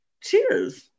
Cheers